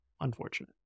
unfortunate